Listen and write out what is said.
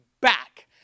back